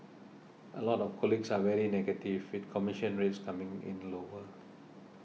a lot of colleagues are very negative with commission rates coming in lower